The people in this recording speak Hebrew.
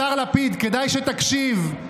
השר לפיד, כדאי שתקשיב.